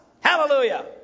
Hallelujah